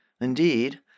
Indeed